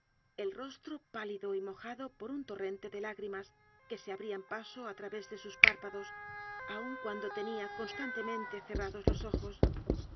el rostro pálido y mojado por un torrente de lágrimas que se abrían paso a través de sus párpados aun cuando tenía constantemente cerrados los ojos